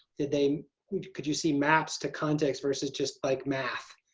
did they could you see maps to context versus just like math?